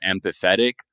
empathetic